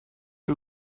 you